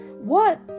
What